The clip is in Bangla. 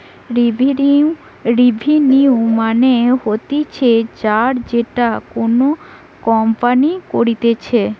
রেভিনিউ মানে হতিছে আয় যেটা কোনো কোম্পানি করতিছে